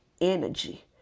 energy